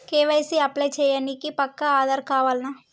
KYC apply చేయనీకి పక్కా ఆధార్ కావాల్నా?